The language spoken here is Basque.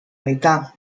baita